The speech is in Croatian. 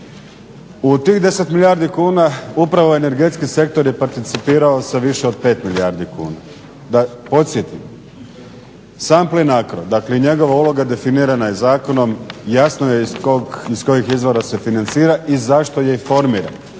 U tih 10 milijardi kuna upravo energetski sektor je participirao sa više od 5 milijardi kuna. Da podsjetim, sam PLINACRO dakle i njegova uloga definirana je zakonom. Jasno je iz kojih izvora se financira i zašto je i formiran.